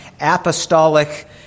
apostolic